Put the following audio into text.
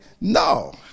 no